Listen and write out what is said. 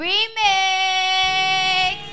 Remix